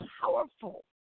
powerful